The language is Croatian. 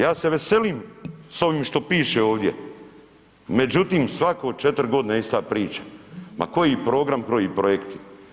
Ja se veselim s ovim što piše ovdje, međutim svako 4 godine ista priča, ma koji program, koji projekti.